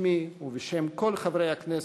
בשמי ובשם כל חברי הכנסת,